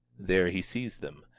there he sees them.